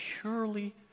purely